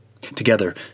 Together